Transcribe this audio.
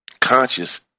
conscious